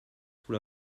sous